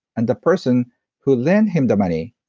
and the person who lent him the money,